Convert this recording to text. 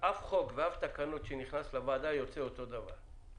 אף חוק ואף תקנות שנכסים לוועדה יוצאים אותו דבר.